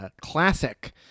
classic